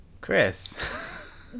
Chris